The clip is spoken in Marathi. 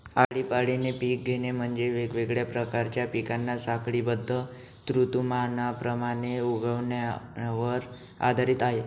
आळीपाळीने पिक घेणे म्हणजे, वेगवेगळ्या प्रकारच्या पिकांना साखळीबद्ध ऋतुमानाप्रमाणे उगवण्यावर आधारित आहे